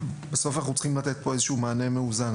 בסוף, אנחנו צריכים לתת פה מענה מאוזן.